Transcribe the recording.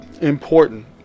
important